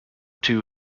two